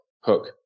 Hook